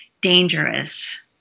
dangerous